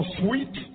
sweet